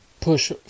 push